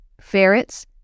ferrets